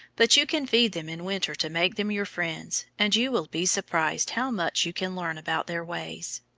but you can feed them in winter to make them your friends, and you will be surprised how much you can learn about their ways.